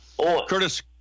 Curtis